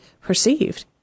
perceived